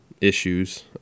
issues